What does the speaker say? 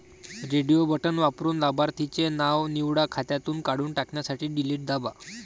radio button वापरून लाभार्थीचे नाव निवडा, खात्यातून काढून टाकण्यासाठी डिलीट दाबा